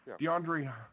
DeAndre